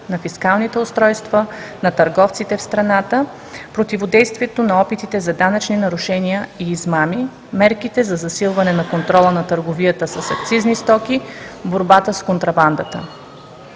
на фискалните устройства на търговците в страната, противодействието на опитите за данъчни нарушения и измами, мерките за засилване на контрола на търговията с акцизни стоки, борбата с контрабандата.